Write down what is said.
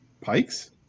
pikes